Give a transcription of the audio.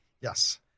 Yes